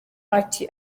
ati